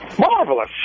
Marvelous